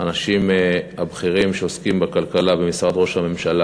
אנשים בכירים שעוסקים בכלכלה במשרד ראש הממשלה,